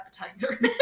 appetizer